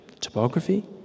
topography